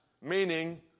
meaning